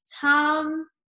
Tom